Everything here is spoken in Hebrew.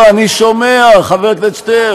לא לא, אני שומע, חבר הכנסת שטרן.